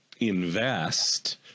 invest